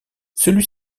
celui